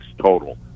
total